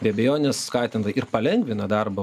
be abejonės skatina ir palengvina darbą